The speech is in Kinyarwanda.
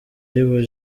riba